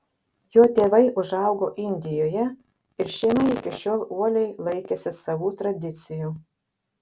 jo tėvai užaugo indijoje ir šeima iki šiol uoliai laikėsi savų tradicijų